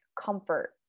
comfort